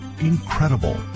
Incredible